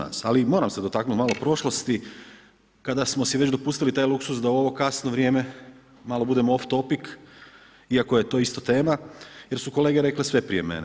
Ali moram se dotaknut malo prošlosti kada smo si već dopustili taj luksuz da u ovo kasno vrijeme malo budemo off topic, iako je to isto tema jer su kolege rekle sve prije mene.